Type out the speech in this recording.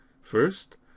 First